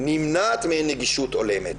נמנעת מהן נגישות הולמת.